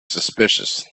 suspicious